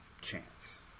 chance